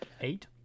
Eight